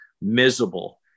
miserable